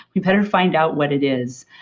you better find out what it is.